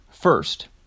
First